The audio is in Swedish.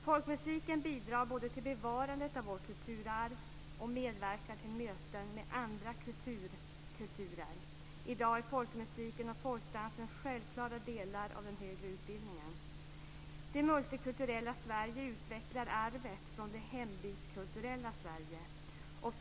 Folkmusiken bidrar både till bevarandet av vårt kulturarv och medverkar till möten med andra kulturer. I dag är folkmusiken och folkdansen självklara delar av den högre utbildningen. Det multikulturella Sverige utvecklar arvet från det hembygdskulturella Sverige.